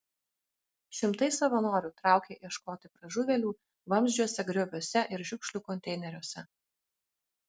šimtai savanorių traukė ieškoti pražuvėlių vamzdžiuose grioviuose ir šiukšlių konteineriuose